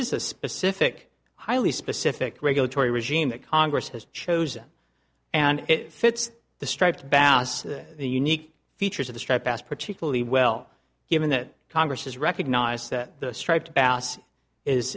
is a specific highly specific regulatory regime that congress has chosen and it fits the striped bass the unique features of the striped bass particularly well given that congress has recognized that the striped bass is